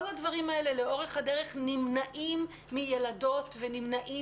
וכל הדברים האלה נמנעים לאורך הדרך מילדות ומנשים.